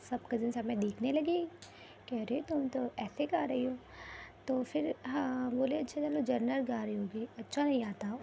سب cousins ہمیں دیکھنے لگے کہہ رہے تم تو ایسے گا رہی ہو تو پھر ہاں بولے اچھا چلو جنرل گا رہی ہوگی اچھا نہیں آتا ہو